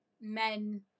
men